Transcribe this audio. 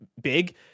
big